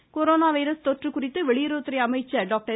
Jaishankar corona virus தொற்று குறித்து வெளியுறவுத்துறை அமைச்சா் டாக்டர்